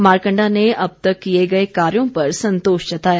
मारकंडा ने अब तक किए गए कार्यों पर संतोष जताया